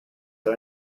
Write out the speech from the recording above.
are